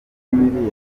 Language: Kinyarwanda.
miliyari